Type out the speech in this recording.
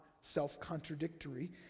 self-contradictory